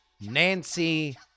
Nancy